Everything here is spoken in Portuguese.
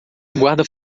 guarda